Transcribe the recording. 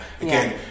again